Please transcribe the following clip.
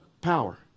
power